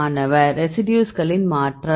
மாணவர் ரெசிடியூஸ்களின் மாற்றம்